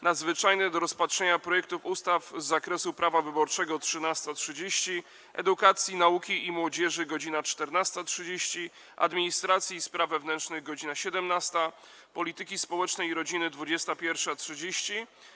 Nadzwyczajnej do rozpatrzenia projektów ustaw z zakresu Prawa wyborczego - godz. 13.30, - Edukacji, Nauki i Młodzieży - godz. 14.30, - Administracji i Spraw Wewnętrznych - godz. 17, - Polityki Społecznej i Rodziny - godz. 21.30,